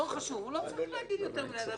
הוא לא צריך להגיד יותר מדי.